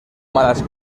malas